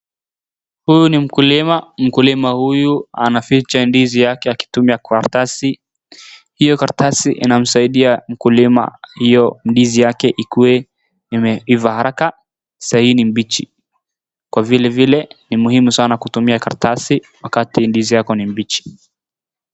Huyu ni mkulima, mkulima huyu anaficha ndizi yake akitumia karatasi. Hiyo karatasi inamsaidia mkulima hiyo ndizi yake ikuwe imeiva haraka, sahii ni mbichi kwa vilevile ni muhimu kutumia karatasi wakati ndizi yako ni mbichi.